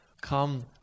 come